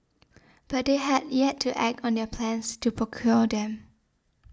but they had yet to act on their plans to procure them